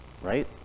right